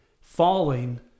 falling